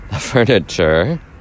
furniture